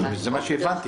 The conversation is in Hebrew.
זה מה שהבנתי.